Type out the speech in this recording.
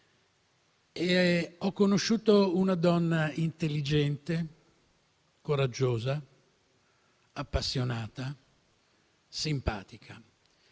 Ho conosciuto una donna intelligente, coraggiosa, appassionata, simpatica,